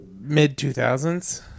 mid-2000s